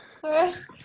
first